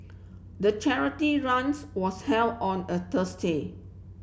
the charity runs was held on a Thursday